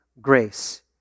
grace